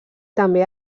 també